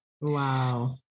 Wow